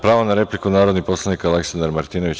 Pravo na repliku, narodni poslanik Aleksandar Martinović.